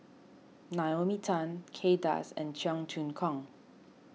Naomi Tan Kay Das and Cheong Choong Kong